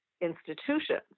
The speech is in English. institutions